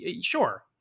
sure